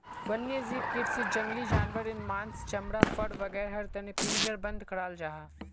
वन्यजीव कृषीत जंगली जानवारेर माँस, चमड़ा, फर वागैरहर तने पिंजरबद्ध कराल जाहा